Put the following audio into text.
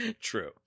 True